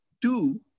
two